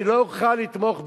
אני לא אוכל לתמוך בך,